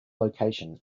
location